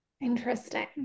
Interesting